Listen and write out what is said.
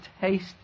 taste